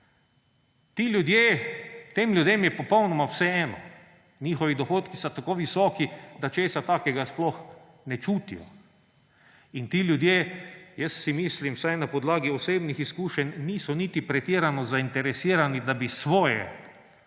Tem ljudem je popolnoma vseeno, njihovi dohodki so tako visoki, da česa takega sploh ne čutijo. In ti ljudje, jaz si mislim vsaj na podlagi osebnih izkušenj, niso niti pretirano zainteresirani, da bi svoje